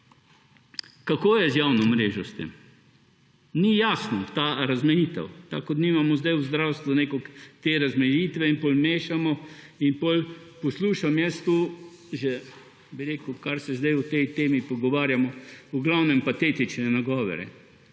Kako je z javno mrežo, s tem? Ni jasna ta razmejitev, tako kot nimamo zdaj v zdravstvu nekako te razmejitve in potem mešamo. In potem poslušam tukaj, bi rekel, že kar se zdaj o tej temi pogovarjamo, v glavnem patetične nagovore,